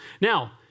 Now